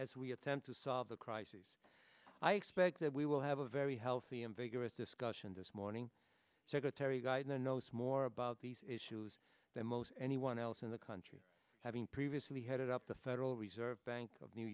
as we attempt to solve the crises i expect that we will have a very healthy and vigorous discussion this morning secretary geithner knows more about these issues than most anyone else in the country having previously headed up the federal reserve bank of new